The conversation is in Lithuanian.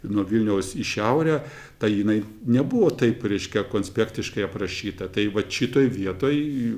nuo vilniaus į šiaurę tai jinai nebuvo taip reiškia konspektiškai aprašyta tai vat šitoj vietoj